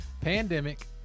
pandemic